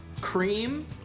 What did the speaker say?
cream